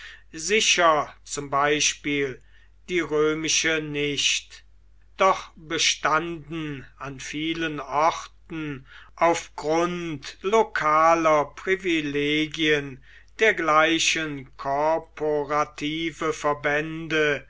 sicher zum beispiel die römische nicht doch bestanden an vielen orten auf grund lokaler privilegien dergleichen korporative verbände